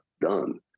done